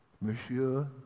monsieur